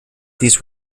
these